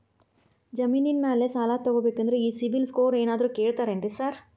ಜಮೇನಿನ ಮ್ಯಾಲೆ ಸಾಲ ತಗಬೇಕಂದ್ರೆ ಈ ಸಿಬಿಲ್ ಸ್ಕೋರ್ ಏನಾದ್ರ ಕೇಳ್ತಾರ್ ಏನ್ರಿ ಸಾರ್?